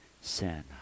sin